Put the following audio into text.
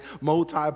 multi